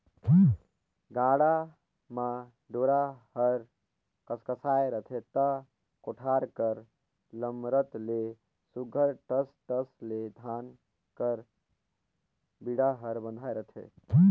गाड़ा म डोरा हर कसकसाए रहथे ता कोठार कर लमरत ले सुग्घर ठस ठस ले धान कर बीड़ा हर बंधाए रहथे